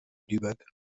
lübeck